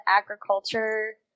agriculture